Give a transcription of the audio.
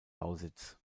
lausitz